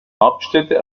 hauptstädte